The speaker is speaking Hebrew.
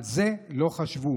על זה לא חשבו,